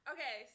Okay